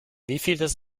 wievieltes